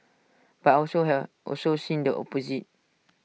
but also have also seen the opposite